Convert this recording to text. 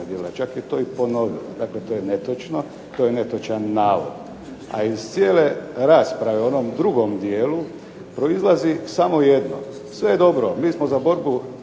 Dakle, to je netočno, to je netočan navod. A iz cijele rasprave u onom drugom dijelu proizlazi samo jedno, sve je dobro, mi smo za borbu